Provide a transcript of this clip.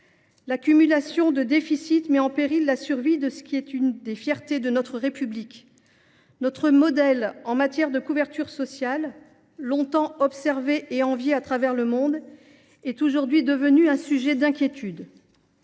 L’accumulation de déficits met en péril la survie de ce qui est une des fiertés de la République. Notre modèle de couverture sociale, longtemps envié à travers le monde, est aujourd’hui devenu un sujet d’inquiétude.